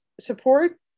support